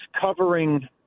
covering